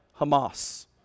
Hamas